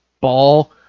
ball